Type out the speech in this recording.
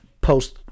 post